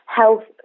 health